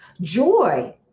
Joy